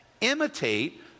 imitate